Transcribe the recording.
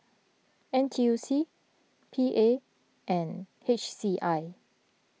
N T U C P A and H C I